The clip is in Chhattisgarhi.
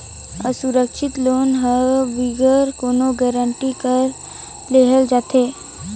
असुरक्छित लोन हर बिगर कोनो गरंटी कर देहल जाथे